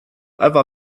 ewa